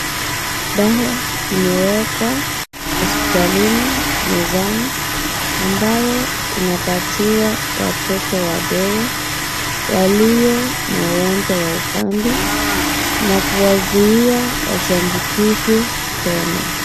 Dawa imewekwa hospitalini mezani ambayo inapatiwa watoto wadogo walio na ugonjwa wa ukambi na kuwazuia wasiambukishwe tena.